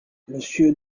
monsieur